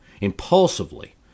impulsively